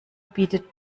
bietet